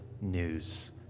news